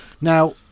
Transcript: Now